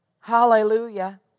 Hallelujah